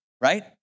right